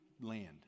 land